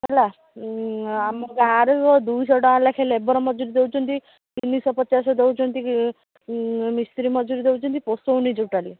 ହେଲା ଆମ ଗାଁରେ ଦୁଇଶହ ଟଙ୍କା ଲେଖାଏଁ ଲେବର୍ ମଜୁରୀ ଦେଉଛନ୍ତି ତିନିଶହ ପଚାଶ ଦେଉଛନ୍ତି ମିସ୍ତ୍ରୀ ମଜୁରୀ ଦେଉଛନ୍ତି ପୋଷଉନି ଟୋଟାଲି